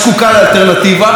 בואו לבחירות.